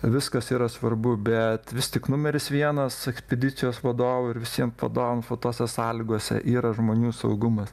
viskas yra svarbu bet vis tik numeris vienas ekspedicijos vadovo ir visiem vadovam fa tose sąlygose yra žmonių saugumas